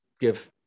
give